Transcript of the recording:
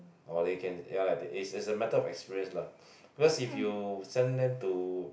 or they can yeah lah is is a matter of experience lah because if you send them to